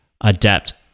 adapt